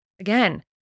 Again